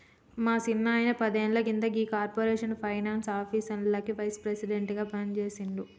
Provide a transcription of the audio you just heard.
మా సిన్నాయిన పదేళ్ల కింద గీ కార్పొరేట్ ఫైనాన్స్ ఆఫీస్లకి వైస్ ప్రెసిడెంట్ గా పనిజేసిండు